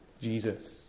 Jesus